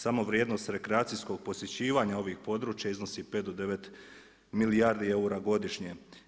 Samo vrijednost rekreacijskog posjećivanja ovih područja iznosi 5 do 9 milijardi eura godišnje.